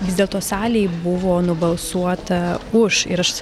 vis dėlto salėj buvo nubalsuota už ir aš